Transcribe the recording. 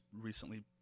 recently